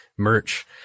Merch